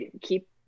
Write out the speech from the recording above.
keep